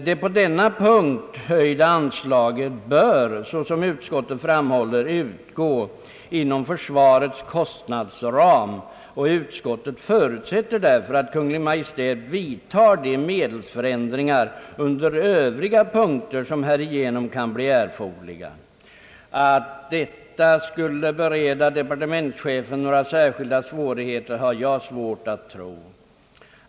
Det på denna punkt höjda anslaget bör — såsom utskottet framhåller — utgå inom försvarets kostnadsram, och utskottet förutsätter därför att Kungl. Maj:t vidtar de medelsförändringar under övriga punkter, som härigenom kan bli erforderliga. Att detta skulle bereda departementschefen några särskilda problem har jag svårt att tro.